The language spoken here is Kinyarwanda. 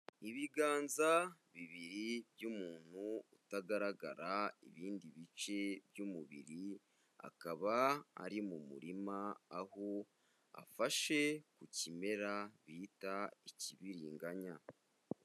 Ibiganza bibiri by'umuntu utagaragara ibindi bice by'umubiri, akaba ari mu murima aho afashe ku kimera bita ikibiringanya.